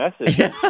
message